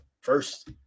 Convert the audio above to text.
first